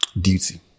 duty